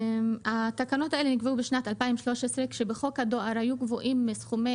התקנות האלה נקבעו בשנת 2013 כשבחוק הדואר היו קבועים סכומי